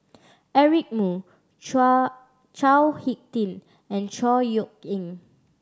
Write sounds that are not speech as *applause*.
Eric Moo *unintelligible* Chao Hick Tin and Chor Yeok Eng